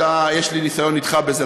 יש לי ניסיון אתך בזה,